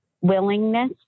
willingness